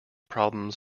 problems